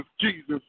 Jesus